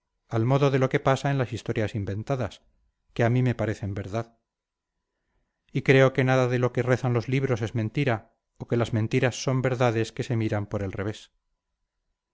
al modo de lo que pasa en las historias inventadas que a mí me parecen verdad y creo que nada de lo que rezan los libros es mentira o que las mentiras son verdades que se miran por el revés